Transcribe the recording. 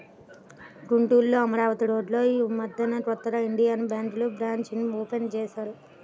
గుంటూరులో అమరావతి రోడ్డులో యీ మద్దెనే కొత్తగా ఇండియన్ బ్యేంకు బ్రాంచీని ఓపెన్ చేశారు